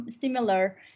similar